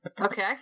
Okay